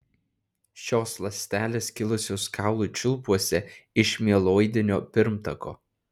šios ląstelės kilusios kaulų čiulpuose iš mieloidinio pirmtako